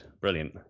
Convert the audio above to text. brilliant